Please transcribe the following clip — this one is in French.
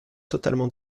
totalement